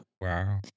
Wow